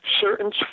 certain